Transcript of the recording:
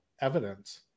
evidence